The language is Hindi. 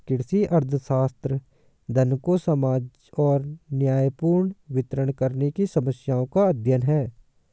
कृषि अर्थशास्त्र, धन को समाज में न्यायपूर्ण वितरण करने की समस्याओं का अध्ययन है